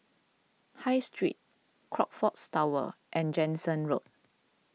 High Street Crockfords Tower and Jansen Road